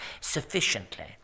sufficiently